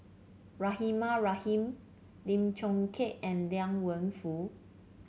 Rahimah Rahim Lim Chong Keat and Liang Wenfu